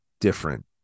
different